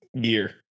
gear